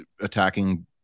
attacking